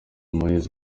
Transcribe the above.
moyes